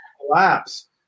collapse